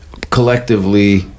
collectively